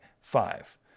Five